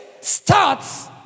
starts